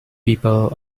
people